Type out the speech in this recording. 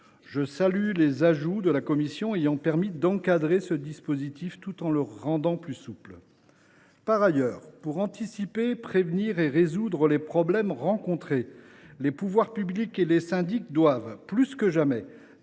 Je salue les ajouts de la commission, qui ont permis d’encadrer ce dispositif tout en le rendant plus souple. Deuxièmement, pour anticiper, prévenir et résoudre les problèmes rencontrés, les pouvoirs publics et les syndics doivent, plus que jamais,